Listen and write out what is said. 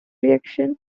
reaction